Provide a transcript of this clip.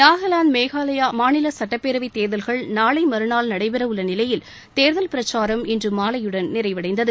நாகாலாந்து மேகாலயா சட்டப்பேரவை தேர்தல்கள் நாளை மறுநாள் நடைபெறவுள்ள நிலையில் தேர்தல் பிரச்சாரம் இன்று மாலையுடன் நிறைவடைந்தது